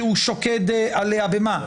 כי הוא שוקד עליה במה?